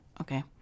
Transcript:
okay